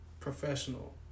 professional